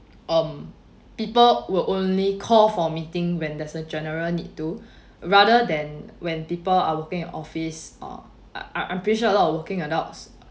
um people would only call for meeting when there's a general need to rather than when people are working at office err I'm I'm pretty sure a lot of working adults